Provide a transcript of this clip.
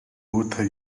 water